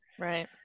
Right